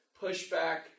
pushback